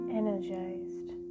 energized